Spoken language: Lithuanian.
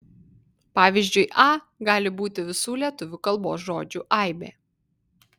pavyzdžiui a gali būti visų lietuvių kalbos žodžių aibė